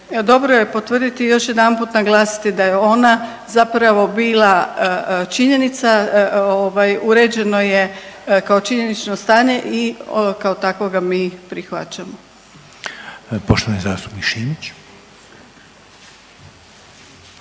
dobro je potvrditi i još jedanput naglasiti da je ona zapravo bila činjenica, ovaj uređeno je kao činjenično stanje i kao takvog ga mi prihvaćamo. **Reiner,